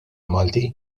malti